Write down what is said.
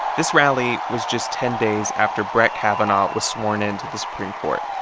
this rally was just ten days after brett kavanaugh was sworn in to the supreme court,